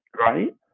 right